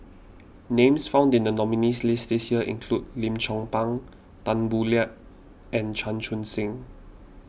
names found in the nominees' list this year include Lim Chong Pang Tan Boo Liat and Chan Chun Sing